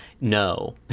no